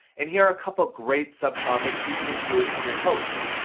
and here are couple great sub topics you can include in your post.